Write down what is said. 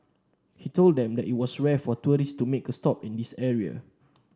he told them that it was rare for tourists to make a stop in this area